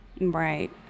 Right